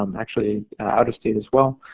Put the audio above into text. um actually out of state as well,